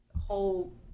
whole